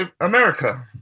America